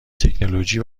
تکنولوژی